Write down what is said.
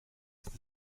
ist